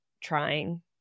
Trying